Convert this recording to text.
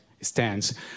stands